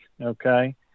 Okay